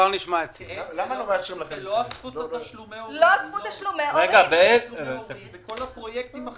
לא אספו תשלומי הורים וכל הפרויקטים החינוכיים